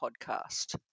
podcast